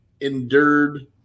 endured